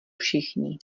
všichni